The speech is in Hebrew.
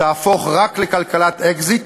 תהפוך רק לכלכלת אקזיט.